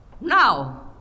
Now